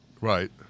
Right